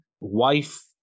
wife